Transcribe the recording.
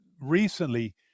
recently